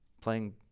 playing